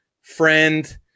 friend